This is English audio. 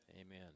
amen